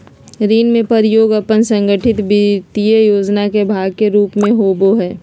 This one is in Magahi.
ऋण के प्रयोग अपन संगठित वित्तीय योजना के भाग के रूप में होबो हइ